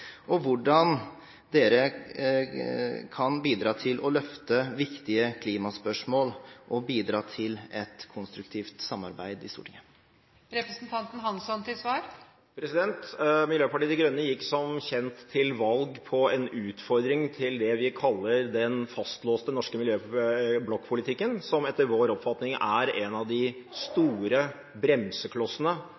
og hvordan dere kan bidra til å løfte viktige klimaspørsmål og bidra til et konstruktivt samarbeid i Stortinget. Miljøpartiet De Grønne gikk som kjent til valg på en utfordring til det vi kaller den fastlåste norske blokkpolitikken, som etter vår oppfatning er en av de